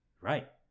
Right